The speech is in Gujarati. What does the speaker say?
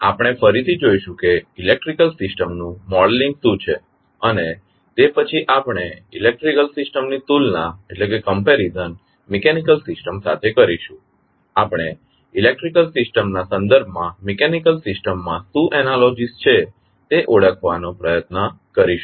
તેથી આપણે ફરીથી જોઇશું કે ઇલેક્ટ્રિકલ સિસ્ટમનું મોડેલિંગ શું છે અને તે પછી આપણે ઇલેક્ટ્રિકલ સિસ્ટમ ની તુલના મિકેનીકલ સિસ્ટમ સાથે કરીશું અને આપણે ઇલેક્ટ્રિકલ સિસ્ટમના સંદર્ભમાં મિકેનીકલ સિસ્ટમમાં શું એનાલોજીસ છે તે ઓળખવા નો પ્રયત્ન કરીશું